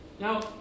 Now